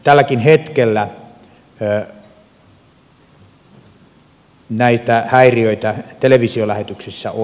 tälläkin hetkellä näitä häiriöitä televisiolähetyksissä on